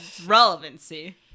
relevancy